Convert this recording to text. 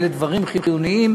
אלה דברים חיוניים,